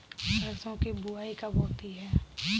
सरसों की बुआई कब होती है?